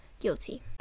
guilty